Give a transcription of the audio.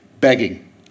begging